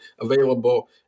available